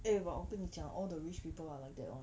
eh but 我跟你讲 all the rich people are like that [one]